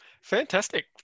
Fantastic